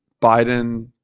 Biden